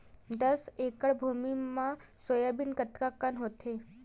दस एकड़ भुमि म सोयाबीन कतका कन होथे?